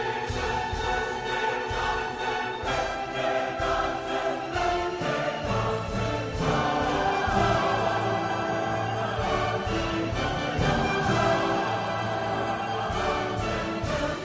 are